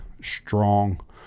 strong